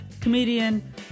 comedian